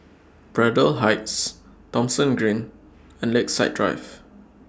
Braddell Heights Thomson Green and Lakeside Drive